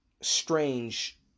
strange